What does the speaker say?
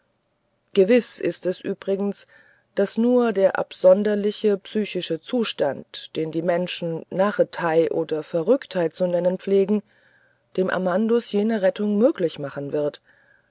gewiß ist es übrigens daß nur der absonderliche psychische zustand den die menschen narrheit oder verrücktheit zu nennen pflegen dem amandus jene rettung möglich machen wird